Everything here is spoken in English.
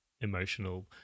emotional